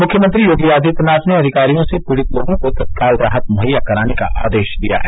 मुख्यमंत्री योगी आदित्यनाथ ने अधिकारियों से पीड़ित लोगों को तत्काल राहत मुहैय्या कराने का आदेश दिया है